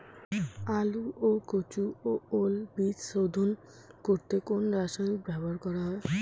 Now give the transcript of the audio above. আলু ও কচু ও ওল বীজ শোধন করতে কোন রাসায়নিক ব্যবহার করা হয়?